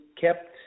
kept